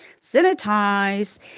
sanitize